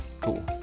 Cool